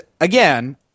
again